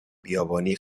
بیابانی